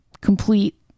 complete